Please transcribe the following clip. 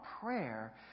prayer